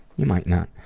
you might not.